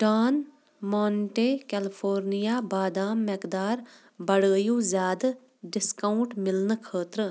ڈان Monte California بادام مٮ۪قدار بڑٲیِو زیادٕ ڈِسکاوُنٛٹ میلنہٕ خٲطرٕ